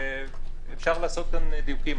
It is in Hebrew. אפשר לעשות כאן דיוקים.